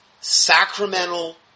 sacramental